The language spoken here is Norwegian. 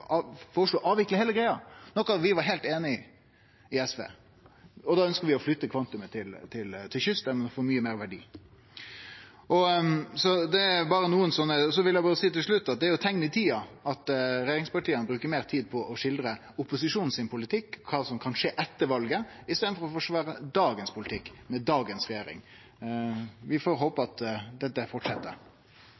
å avvikle heile greia. Det var vi i SV heilt einig i. Vi ønskjer å flytte kvantumet til kyst, der ein får mykje meir verdi. Til slutt vil eg berre seie at det er eit teikn i tida at regjeringspartia brukar meir tid på å skildre opposisjonens politikk og kva som kan skje etter valet, enn på å forsvare dagens politikk med dagens regjering. Vi får håpe